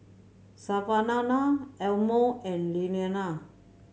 Savannah Elmo and Iliana